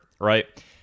right